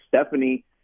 Stephanie